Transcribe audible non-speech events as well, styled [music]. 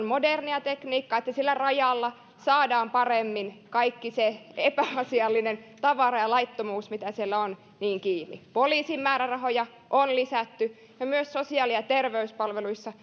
[unintelligible] moderniin tekniikkaan liittyen että siellä rajalla saadaan paremmin kiinni kaikki se epäasiallinen tavara ja laittomuus mitä siellä on poliisin määrärahoja on lisätty ja myös sosiaali ja terveyspalvelujen